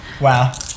Wow